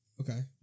Okay